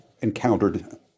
encountered